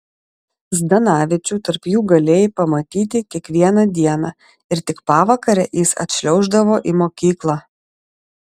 zdanavičių tarp jų galėjai pamatyti kiekvieną dieną ir tik pavakare jis atšliauždavo į mokyklą